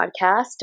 podcast